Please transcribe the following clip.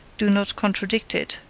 do not contradict it,